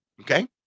Okay